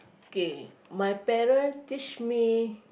K my parent teach me